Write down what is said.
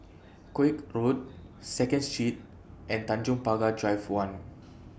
Koek Road Second Street and Tanjong Pagar Drive one